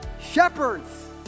Shepherds